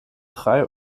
drei